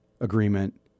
agreement